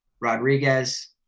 rodriguez